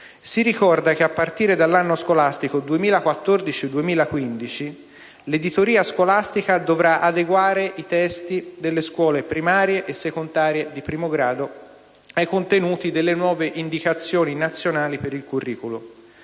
si ricorda che, a partire dall'anno scolastico 2014/2015, l'editoria scolastica dovrà adeguare i testi delle scuole primarie e secondarie di primo grado ai contenuti delle nuove Indicazioni nazionali per il curricolo,